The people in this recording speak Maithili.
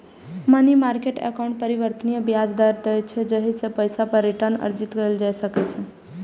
मनी मार्केट एकाउंट परिवर्तनीय ब्याज दर दै छै, जाहि सं पैसा पर रिटर्न अर्जित कैल जा सकै छै